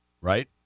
right